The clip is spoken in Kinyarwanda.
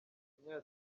yataye